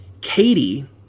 katie